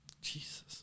Jesus